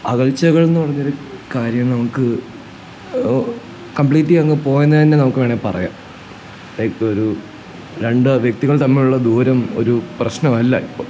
അകൽച്ചകൾ എന്നു പറഞ്ഞൊരു കാര്യം നമുക്ക് കംപ്ലീറ്റ്ലി അങ്ങ് പോയന്ന്ന്നെ നമുക്ക് വേണേ പറയാം ഇപ്പോഴൊരു രണ്ട് വ്യക്തികൾ തമ്മിലുള്ള ദൂരം ഒരു പ്രശ്നമല്ല ഇപ്പോള്